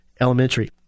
Elementary